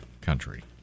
country